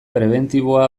prebentiboa